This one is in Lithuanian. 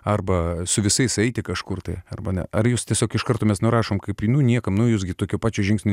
arba su visais eiti kažkur tai arba ne ar jūs tiesiog iš karto mes nurašom kaip į nu niekam nu jūs gi tokio plačio žingsnio